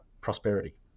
prosperity